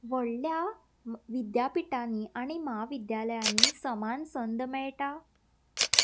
व्हडल्या विद्यापिठांनी आनी म्हाविद्यालयांनी समान संद मेळटा